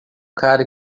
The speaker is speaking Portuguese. cara